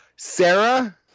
Sarah